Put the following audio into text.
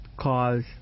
cause